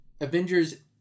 Avengers